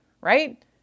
right